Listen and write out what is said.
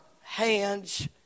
hands